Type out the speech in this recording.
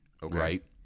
right